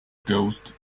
ghost